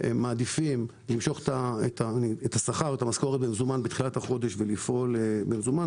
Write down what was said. מעדיפים למשוך את המשכורת במזומן בתחילת החודש ולפעול במזומן.